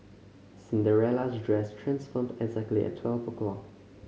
Cinderella's dress transformed exactly at twelve o'clock